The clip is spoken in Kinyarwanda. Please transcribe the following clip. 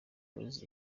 boys